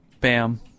Bam